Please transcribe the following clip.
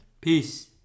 Peace